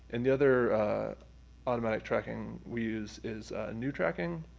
and the other automatic tracking we use is new tracking,